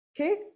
Okay